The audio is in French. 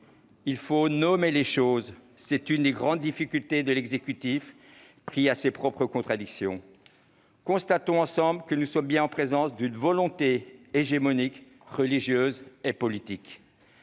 Il faut nommer les choses. C'est l'une des grandes difficultés de l'exécutif, pris dans ses propres contradictions. Constatons ensemble que nous sommes bien en présence d'une volonté hégémonique religieuse et politique,